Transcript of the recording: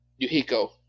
Yuhiko